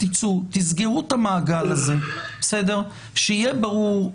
תצאו, תסגרו את המעגל הזה, שיהיה ברור.